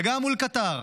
וגם מול קטר,